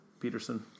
Peterson